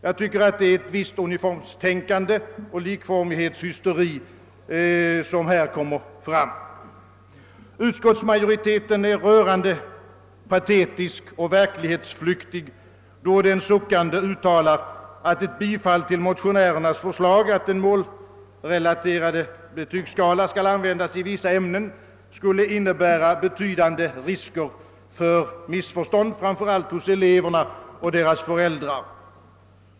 Jag tycker att det innebär ett visst uniformstänkande och likformighetshysteri. Utskottsmajoriteten är patetisk och verklighetsflyende då den uttalar att ett bifall till motionärernas förslag att den målrelaterade betygsskalan skall användas i vissa ämnen skulle innebära betydande risk för missförstånd framför allt hos eleverna och deras föräldrar.